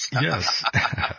Yes